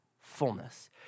fullness